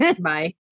Bye